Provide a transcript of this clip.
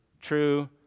true